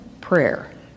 prayer